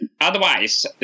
Otherwise